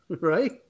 right